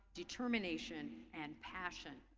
determination and passion.